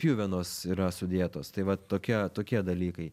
pjuvenos yra sudėtos tai va tokie tokie dalykai